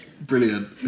brilliant